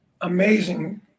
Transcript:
amazing